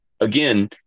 again